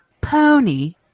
pony